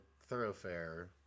thoroughfare